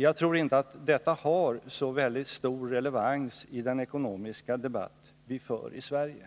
Jagtror inte att detta har så väldigt stor relevans i den ekonomiska debatt vi för i Sverige.